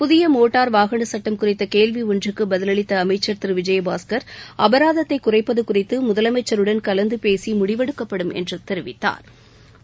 புதிய மோட்டார் வாகன சுட்டம் குறித்த கேள்வி ஒன்றுக்கு பதிலளித்த அமைச்சர் திரு விஜயபாஸ்கர் அபாராதத்தை குறைப்பது குறித்து முதலமைச்சருடன் கலந்து பேசி முடிவெடுக்கப்படும் என்று தெரிவித்தாா்